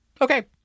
Okay